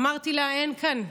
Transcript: אמרתי לה: אין כאן.